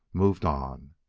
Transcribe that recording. moved on.